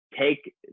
take